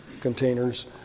containers